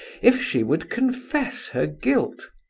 if she would confess her guilt.